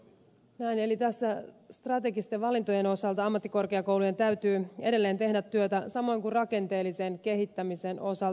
eli tässä strategisten valintojen osalta ammattikorkeakoulujen täytyy edelleen tehdä työtä samoin kuin rakenteellisen kehittämisen osalta